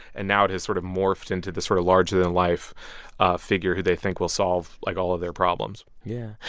and now it has sort of morphed into this sort of larger-than-life figure who they think will solve, like, all of their problems yeah.